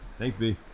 thanks be